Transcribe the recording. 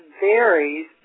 varies